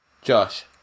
Josh